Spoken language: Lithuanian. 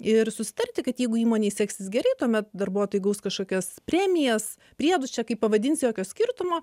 ir susitarti kad jeigu įmonei seksis gerai tuomet darbuotojai gaus kažkokias premijas priedus čia kaip pavadinsi jokio skirtumo